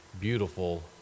beautiful